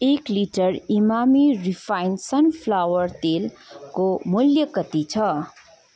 एक litre Emami refine sunflower तेलको मूल्य कति छ